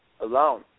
alone